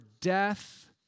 death